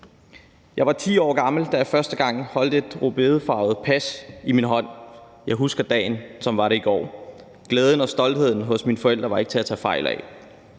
Jeg var 10 år gammel, da jeg første gang holdt et rødbedefarvet pas i min hånd. Jeg husker dagen, som var det i går. Glæden og stoltheden hos mine forældre var ikke til at tage fejl af.